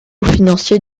financier